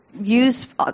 use